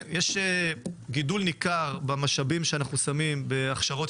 כן, יש גידול ניכר במשאבים שאנחנו שמים בהכשרות.